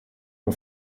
nur